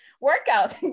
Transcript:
workout